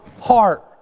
heart